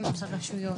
הן הרשויות,